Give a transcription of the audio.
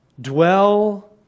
dwell